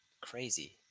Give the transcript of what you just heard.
Crazy